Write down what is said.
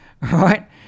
right